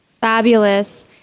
Fabulous